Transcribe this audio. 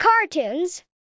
cartoons